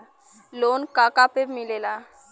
Loan का का पे मिलेला?